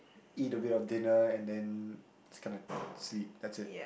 eat a bit of dinner and then it's kinda sleep that's it